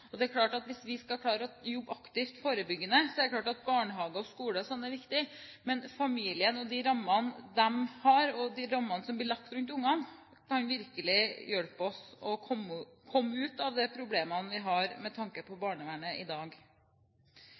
og skole er viktig hvis vi skal klare å jobbe aktivt forebyggende, men familien og rammene rundt den, og de rammene som blir lagt rundt ungene, kan virkelig hjelpe oss med å komme ut av problemene vi i dag har med tanke på barnevernet. Det jobbes veldig godt i